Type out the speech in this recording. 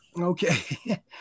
Okay